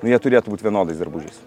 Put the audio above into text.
nu jie turėtų būti vienodais drabužiais